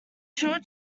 short